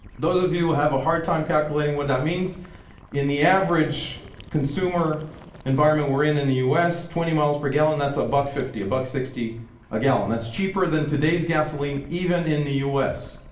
those of you who have a hard time calculating what that means in the average consumer environment we're in in the u s. twenty miles per gallon that's a buck fifty, a buck sixty a gallon. that's cheaper than today's gasoline, even in the u s.